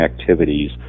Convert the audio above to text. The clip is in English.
activities